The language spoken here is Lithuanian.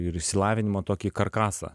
ir išsilavinimo tokį karkasą